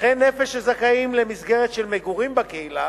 נכי נפש שזכאים למסגרת של מגורים בקהילה